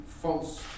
false